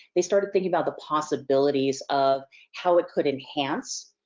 they started thinking about the possibilities of how it could enhance,